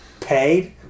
Paid